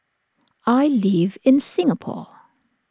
I live in Singapore